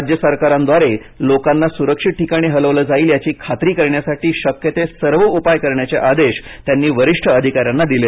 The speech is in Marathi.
राज्य सरकारांद्वारे लोकांना सुरक्षित ठिकाणी हलवलं जाईल याची खात्री करण्यासाठी शक्य ते सर्व उपाय करण्याचे आदेश त्यांनी वरिष्ठ अधिकाऱ्यांना दिले